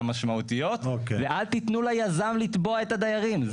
משמעותיות ואל תתנו ליזם לתבוע את הדיירים.